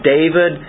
David